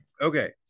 Okay